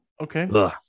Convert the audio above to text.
Okay